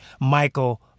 Michael